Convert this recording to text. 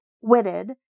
Witted